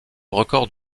record